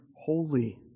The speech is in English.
holy